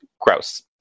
Gross